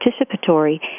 participatory